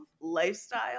lifestyle